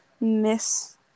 miss